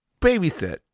babysit